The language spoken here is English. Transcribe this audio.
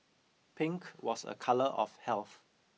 pink was a colour of health